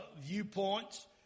viewpoints